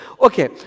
Okay